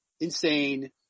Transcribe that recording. insane